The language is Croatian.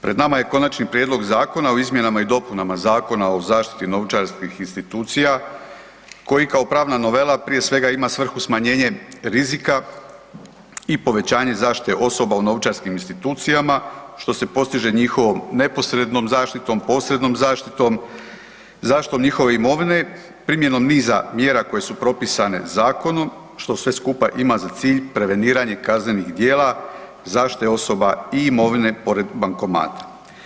Pred nama je Konačni prijedlog zakona o izmjenama i dopunama Zakona o zaštiti novčarskih institucija koji kao pravna novela prije svega ima svrhu smanjenje rizika i povećanje zaštite osoba u novčarskim institucijama, što se postiže njihovom neposrednom zaštitom, posrednom zaštitom, zaštitom njihove imovine, primjenom niza mjera koje su propisane zakonom, što sve skupa ima za cilj preveniranje kaznenih djela zaštite osoba i imovine pored bankomata.